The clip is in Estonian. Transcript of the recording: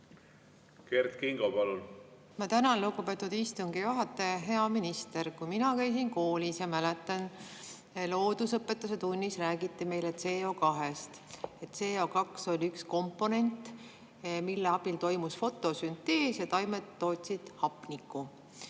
Ma tänan, lugupeetud istungi juhataja! Hea minister! Mäletan, et kui mina käisin koolis, siis loodusõpetuse tunnis räägiti meile CO2-st. CO2oli üks komponent, mille abil toimus fotosüntees ja taimed tootsid hapnikku.